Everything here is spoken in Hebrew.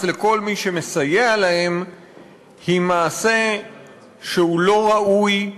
לכל מי שמסייע להם היא מעשה שהוא לא ראוי,